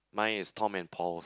mine is Tom and Paul's